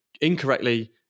incorrectly